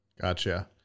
Gotcha